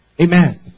Amen